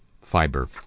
fiber